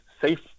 safe